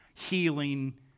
healing